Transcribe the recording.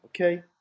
Okay